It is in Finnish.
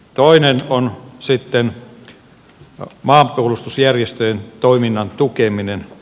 toinen on sitten maanpuolustusjärjestöjen toiminnan tukeminen